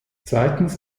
zweitens